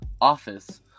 office